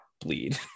bleed